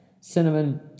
cinnamon